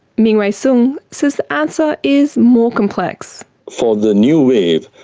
mingwei song says the answer is more complex. for the new wave,